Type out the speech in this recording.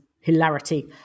hilarity